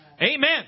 Amen